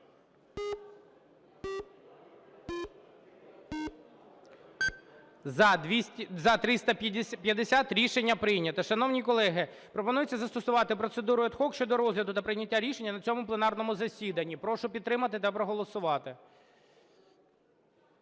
За-350 Рішення прийнято. Шановні колеги, пропонується застосувати процедуру ad hoc щодо розгляду та прийняття рішення на цьому пленарному засіданні. Прошу підтримати та проголосувати.